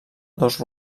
dos